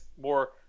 more